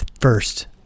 first